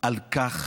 על כך